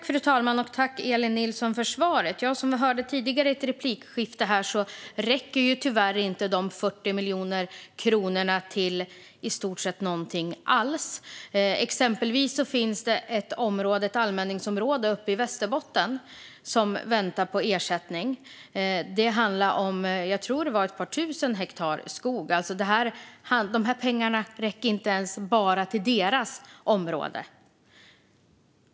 Fru talman! Jag tackar Elin Nilsson för svaret. Som vi hörde tidigare i ett replikskifte räcker tyvärr inte de 40 miljoner kronorna till någonting alls i stort sett. Exempelvis finns det ett allmänningsområde uppe i Västerbotten som väntar på ersättning. Det handlar om ett par tusen hektar skog, tror jag. De här pengarna räcker inte ens till bara deras område.